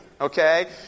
okay